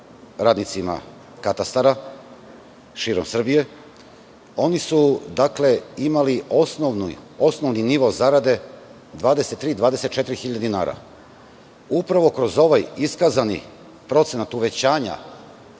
radnicima katastara širom Srbije, oni su imali osnovni nivo zarade 23.000-24.000 dinara. Upravo kroz ovaj iskazani procenat uvećanja